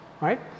Right